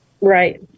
Right